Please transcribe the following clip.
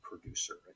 producer